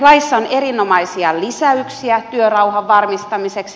laissa on erinomaisia lisäyksiä työrauhan varmistamiseksi